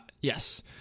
yes